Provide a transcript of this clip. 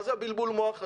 מה זה בלבול המוח הזה?